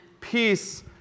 Peace